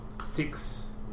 six